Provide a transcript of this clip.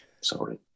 Sorry